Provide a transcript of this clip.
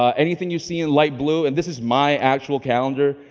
um anything you see in light blue, and this is my actual calendar,